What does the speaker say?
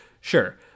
sure